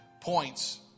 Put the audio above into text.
points